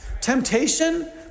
Temptation